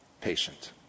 patient